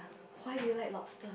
why do you like lobster